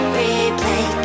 replay